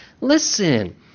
Listen